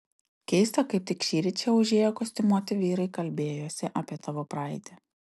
keista kaip tik šįryt čia užėję kostiumuoti vyrai kalbėjosi apie tavo praeitį